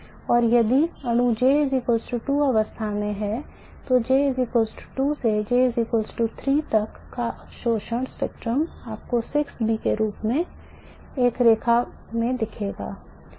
और यदि अणु J 2 अवस्था में है तो J 2 से J 3 तक का अवशोषण स्पेक्ट्रम आपको 6B के अनुरूप एक रेखा देगा